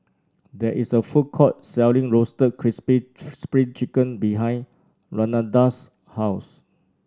there is a food court selling Roasted Crispy Spring Chicken behind Renada's house